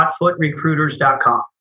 Hotfootrecruiters.com